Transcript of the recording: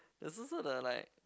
does it suit are like